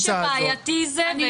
מה שבעייתי זה,